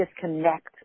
disconnect